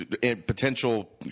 potential